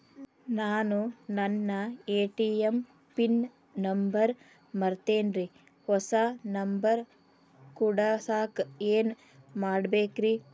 ನಾನು ನನ್ನ ATM pin number ಮರ್ತೇನ್ರಿ, ಹೊಸಾ ನಂಬರ್ ಕುಡಸಾಕ್ ಏನ್ ಮಾಡ್ಬೇಕ್ರಿ?